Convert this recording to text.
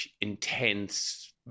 intense